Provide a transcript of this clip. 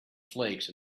flakes